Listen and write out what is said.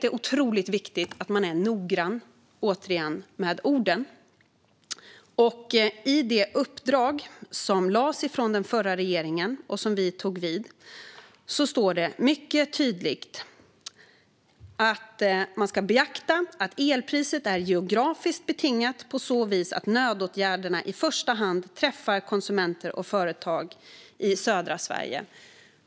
Det är otroligt viktigt att man är noggrann med orden. I det uppdrag som gavs från den förra regeringen och som vi tog vid står det mycket tydligt att man ska beakta att elpriset är geografiskt betingat på så vis att nödåtgärderna i första hand träffar konsumenter och företag i södra Sverige.